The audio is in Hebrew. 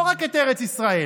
לא רק את ארץ ישראל.